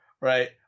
right